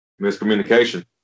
Miscommunication